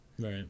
Right